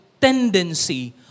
tendency